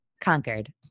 conquered